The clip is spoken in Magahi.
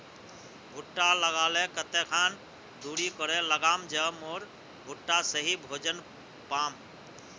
भुट्टा लगा ले कते खान दूरी करे लगाम ज मोर भुट्टा सही भोजन पाम?